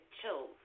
chills